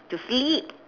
to sleep